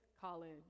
college